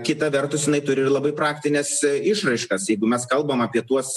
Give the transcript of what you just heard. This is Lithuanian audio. kita vertus jinai turi ir labai praktines išraiškas jeigu mes kalbam apie tuos